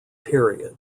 period